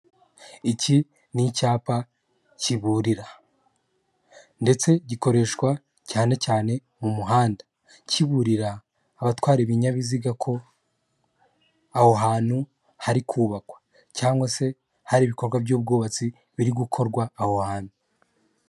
Iki ni icyapa kiburira ndetse gikoresha cyanecyane mumuhanda kiburira abatwara ibinyabiziga ko aho hantu hari kubakwa cyangwa hari ibikorwa byubwubatsi biri gukorwa aho hantu.